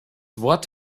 wort